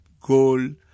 gold